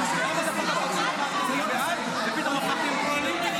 אתם פועלים בניגוד לתקנון.